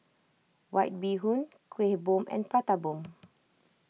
White Bee Hoon Kueh Bom and Prata Bomb